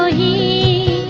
ah e